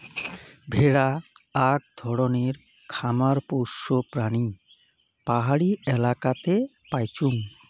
ভেড়া আক ধরণের খামার পোষ্য প্রাণী পাহাড়ি এলাকাতে পাইচুঙ